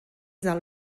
del